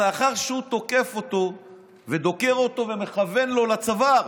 לאחר שהוא תוקף אותו ודוקר אותו ומכוון לו לצוואר,